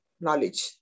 knowledge